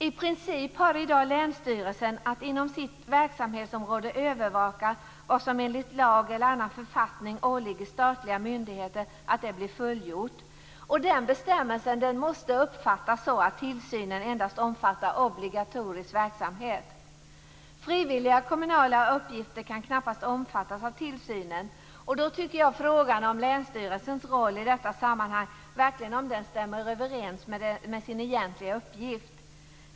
I princip har i dag länsstyrelsen att inom sitt verksamhetsområde övervaka att vad som enligt lag eller annan författning åligger statliga myndigheter blir fullgjort. Bestämmelsen måste uppfattas så att tillsynen endast omfattar obligatorisk verksamhet. Frivilliga kommunala uppgifter kan knappast omfattas av tillsynen. Frågan är då om länsstyrelsernas agerande i detta sammanhang verkligen stämmer överens med deras egentliga uppgift.